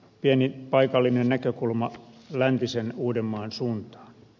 pieni paikallinen näkökulma läntisen uudenmaan suuntaan